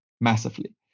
massively